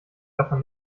davon